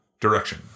direction